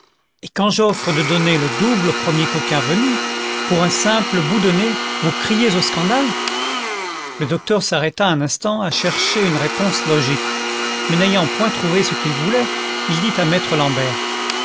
et quand j'offre de donner le double au premier coquin venu pour un simple bout de nez vous criez au scandale content from google book search generated at le docteur s'arrêta un instant à chercher une réponse logique mais n'ayant point trouvé ce qu'il voulait il dit à maître l'ambert